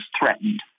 threatened